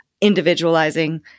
individualizing